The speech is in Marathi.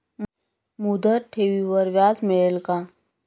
मुदत ठेवीवर व्याज मिळेल का?